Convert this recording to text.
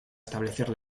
establecer